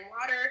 water